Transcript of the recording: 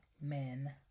men